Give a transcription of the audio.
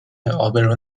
ابرو